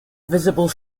visible